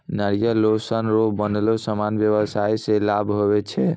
नारियल रो सन रो बनलो समान व्याबसाय मे लाभ हुवै छै